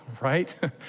right